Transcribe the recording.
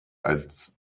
als